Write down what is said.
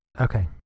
Okay